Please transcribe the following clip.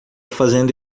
fazendo